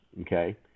okay